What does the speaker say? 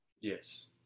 Yes